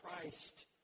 Christ